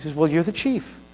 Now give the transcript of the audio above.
well, you're the chief.